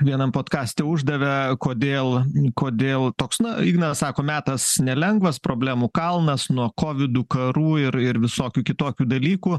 vienam podkaste uždavė kodėl kodėl toks na o ignas sako metas nelengvas problemų kalnas nuo kovidų karų ir ir visokių kitokių dalykų